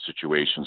situations